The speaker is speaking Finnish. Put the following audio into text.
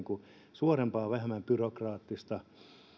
suorempaa vähemmän byrokraattista